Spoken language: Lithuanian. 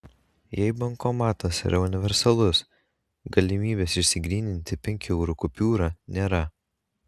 jei bankomatas yra universalus galimybės išsigryninti penkių eurų kupiūrą nėra